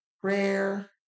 prayer